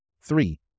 three